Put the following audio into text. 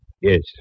Yes